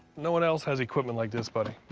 no one else has equipment like this, buddy.